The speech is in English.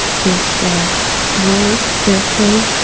this word, fair trade,